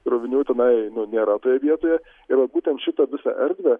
krovinių tenai nu nėra toje vietoje ir vat būtent šitą visą erdvę